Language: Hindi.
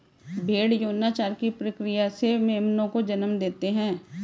भ़ेड़ यौनाचार की प्रक्रिया से मेमनों को जन्म देते हैं